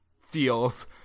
feels